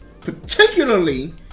Particularly